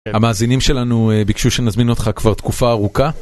המאזינים שלנו ביקשו שנזמין אותך כבר תקופה ארוכה.